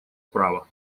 права